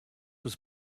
was